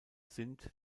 sind